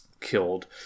killed